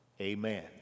amen